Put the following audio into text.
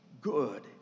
good